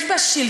יש בה שלטון.